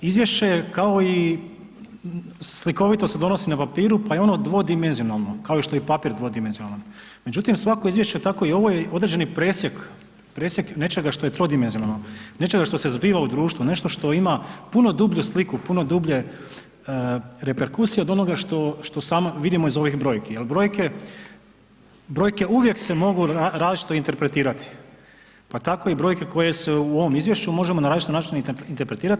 Izvješće se slikovito donosi na papiru pa i ono dvodimenzionalno, kao što je i papir dvodimenzionalan, međutim svako izvješće tako i ovo je određeni presjek, presjek nečega što je trodimenzionalno, nečega što se zbiva u društvu, nešto što ima puno dublju sliku, puno dublje reperkusije od onoga što vidimo iz ovih brojki jel brojke se uvijek mogu različito interpretirati, pa tako i brojke koje su u ovom izvješću možemo na različite načine interpretirati.